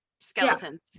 skeletons